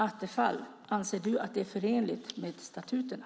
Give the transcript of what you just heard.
Attefall, anser du att det är förenligt med statuterna?